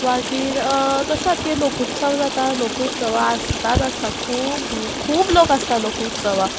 मागीर तशें आखी लोकोत्सव जाता लोकोत्सव आसताच आसता खूब खूब लोक आसता लोकोत्सव